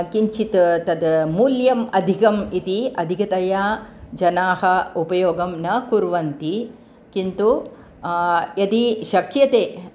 किञ्चित् तद् मूल्यम् अधिकम् इति अधिकतया जनाः उपयोगं न कुर्वन्ति किन्तु यदि शक्यते